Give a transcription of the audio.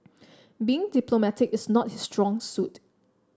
being diplomatic is not his strong suit